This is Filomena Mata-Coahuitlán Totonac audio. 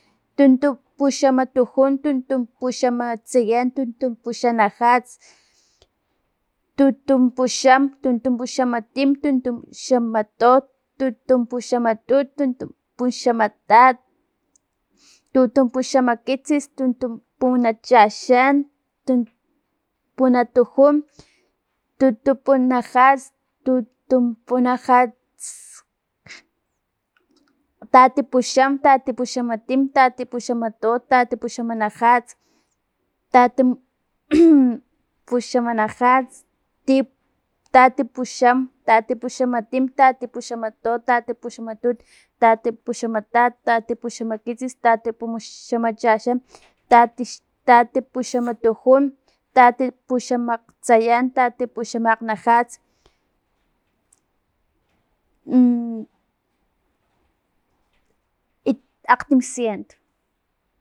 Tutunpuxama tujun, tuntupaxamat sayan, tuntupuxama najats, tuntupuxama, tutunpuxamam tim, tuntupuxama tot, tuntumpuxama tut, tuntumpaxama tat, tutumpuxama kitsis, tutumpuna chaxan, tumpuna tujun, tutupunajats, tutunpunajats, tatipuxan tatipuxama tin, tatipuxama tu, tatipuxama najats tatim puxamanajats ti- tatipuxam tatipuxama tim, tatipuxama tot, tatipuxama tut, tatipuxama tat, tatipuxama kitsis, tatipuxama chaxan tatix- tatipuxama tujun atipuxama akgtsayan tatipuxama akgnajats i akg timcient.